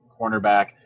cornerback